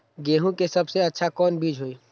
गेंहू के सबसे अच्छा कौन बीज होई?